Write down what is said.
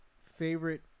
favorite